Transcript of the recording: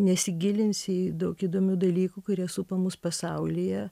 nesigilinsi į daug įdomių dalykų kurie supa mus pasaulyje